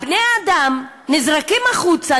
בני-אדם נזרקים החוצה,